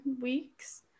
weeks